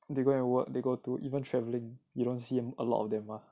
they go and work they go to even travelling you don't see a lot of them mah